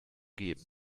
geben